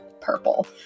purple